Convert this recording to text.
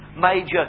major